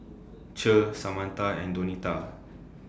Cher Samantha and Donita